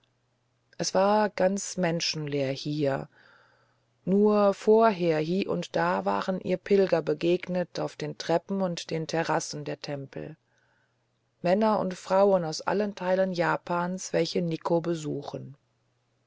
es war ganz menschenleer hier nur vorher hie und da waren ihr pilger begegnet auf den treppen und den terrassen der tempel männer und frauen aus allen teilen japans welche nikko besuchen